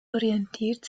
orientiert